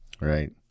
Right